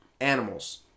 animals